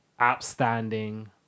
outstanding